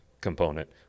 component